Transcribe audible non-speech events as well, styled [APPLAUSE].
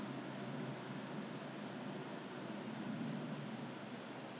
hand sanitizer 用太多 [LAUGHS] and not like that so after that